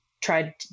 tried